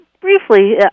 briefly